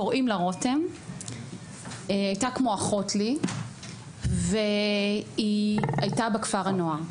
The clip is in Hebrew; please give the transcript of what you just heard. קוראים לה רותם הייתה כמו אחות לי והיא הייתה בכפר הנוער,